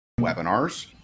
webinars